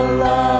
love